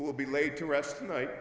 will be laid to rest tonight